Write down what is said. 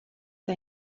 eta